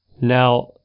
Now